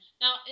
Now